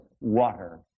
water